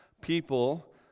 people